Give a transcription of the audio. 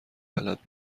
بلد